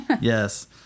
Yes